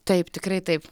taip tikrai taip